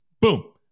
Boom